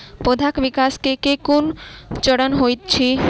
पौधाक विकास केँ केँ कुन चरण हएत अछि?